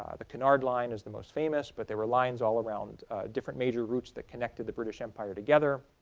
ah the canard line is the most famous but there were lines all around different major routes that connected the british empire together.